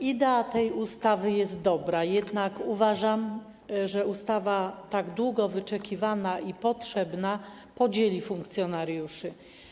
Idea tej ustawy jest dobra, jednak uważam, że ustawa tak długo wyczekiwana i potrzebna podzieli funkcjonariuszy.